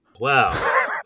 Wow